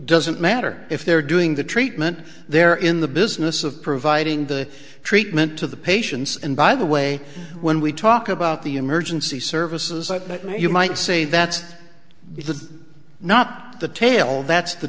doesn't matter if they're doing the treatment they're in the business of providing the treatment to the patients and by the way when we talk about the emergency services you might say that's be the not the tail that's the